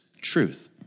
truth